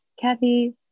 Kathy